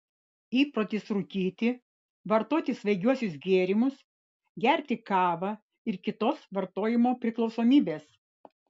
įprotis rūkyti vartoti svaigiuosius gėrimus gerti kavą ir kitos vartojimo priklausomybės